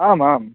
आमाम्